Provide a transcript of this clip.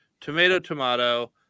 Tomato-Tomato